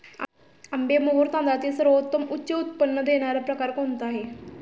आंबेमोहोर तांदळातील सर्वोत्तम उच्च उत्पन्न देणारा प्रकार कोणता आहे?